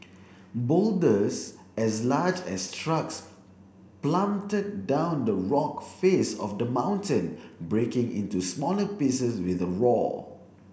boulders as large as trucks plummeted down the rock face of the mountain breaking into smaller pieces with a roar